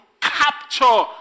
capture